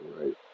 right